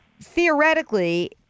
theoretically